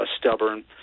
stubborn